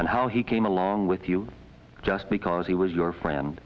and how he came along with you just because he was your friend